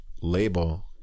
Label